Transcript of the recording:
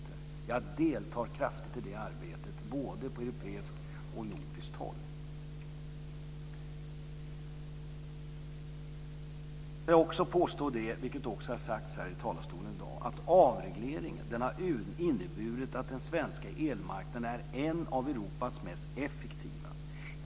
Jag deltar aktivt i det arbetet både på europeiskt och på nordiskt håll. Jag vill också påstå - vilket även har sagts här från talarstolen i dag - att avregleringen har inneburit att den svenska elmarknaden är en av Europas mest effektiva.